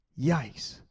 Yikes